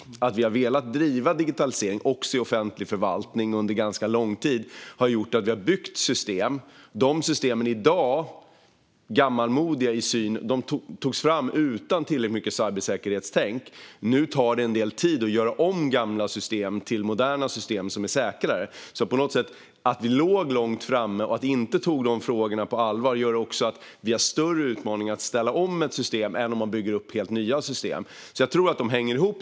Att vi under lång tid har velat driva digitalisering också i offentlig förvaltning har gjort att vi har byggt system. De systemen, som i dag är gammalmodiga, togs fram utan tillräckligt mycket tänkande i cybersäkerhetsfrågor. Nu tar det en del tid att göra om gamla system till modernare och säkrare system. Att vi låg långt framme och att vi inte tog de frågorna på allvar gör att det finns större utmaningar att ställa om system, även om helt nya system byggs upp. Dessa system hänger ihop.